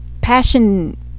passion